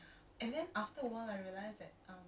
really weird ya